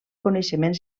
coneixement